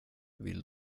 vill